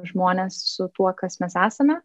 žmones su tuo kas mes esame